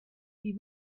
die